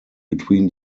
between